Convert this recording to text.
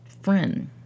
friend